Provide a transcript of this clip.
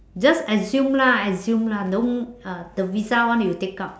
just assume lah assume lah don't uh the visa one you take out